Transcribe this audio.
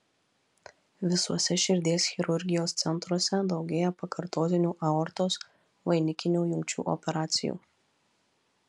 visuose širdies chirurgijos centruose daugėja pakartotinių aortos vainikinių jungčių operacijų